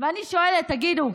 אני שואלת: תגידו,